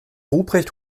ruprecht